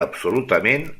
absolutament